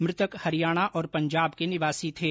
मृतक हरियाणा और पंजाब के निवासी थे